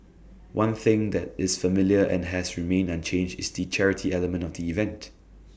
one thing that is familiar and has remained unchanged is the charity element of the event